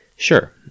Sure